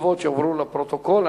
התשובות יועברו לפרוטוקול.